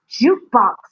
jukebox